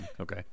Okay